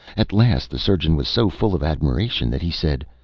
at last the surgeon was so full of admiration that he said,